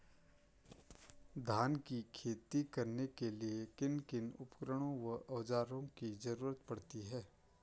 धान की खेती करने के लिए किन किन उपकरणों व औज़ारों की जरूरत पड़ती है?